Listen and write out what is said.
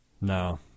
No